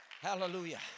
Hallelujah